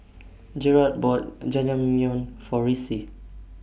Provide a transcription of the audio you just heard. Jerad bought Jajangmyeon For Ricci